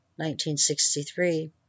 1963